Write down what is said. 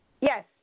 Yes